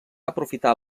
aprofitar